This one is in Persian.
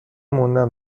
موندم